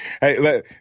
Hey